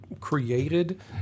created